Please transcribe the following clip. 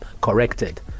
corrected